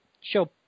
show